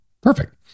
Perfect